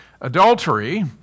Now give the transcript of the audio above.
adultery